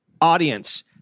audience